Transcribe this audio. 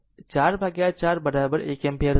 તેથી હવે આ 1 એમ્પીયર હમણાં 44 1 એમ્પીયર હશે